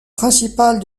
principale